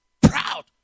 proud